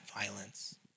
violence